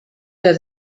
der